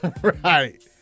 right